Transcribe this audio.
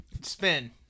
Spin